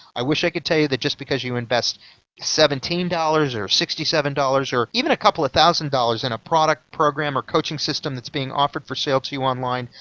i wish i could tell you that just because you invest seventeen dollars or sixty seven dollars or even a couple of thousand dollars in a product, program or coaching system that's being offered for sale to you online,